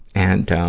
and